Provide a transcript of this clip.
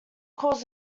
calls